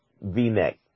V-neck